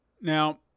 now